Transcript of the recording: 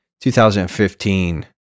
2015